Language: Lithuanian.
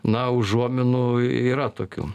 na užuominų yra tokių